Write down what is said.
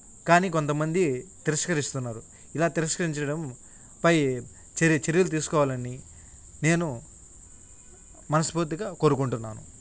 కానీ కొంతమంది తిరస్కరిస్తున్నారు ఇలా తిరస్కరించడంపై చర్య చర్యలు తీసుకోవాలని నేను మనస్ఫూర్తిగా కోరుకుంటున్నాను